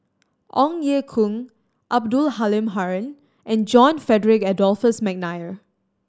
Ong Ye Kung Abdul Halim Haron and John Frederick Adolphus McNair